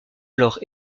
alors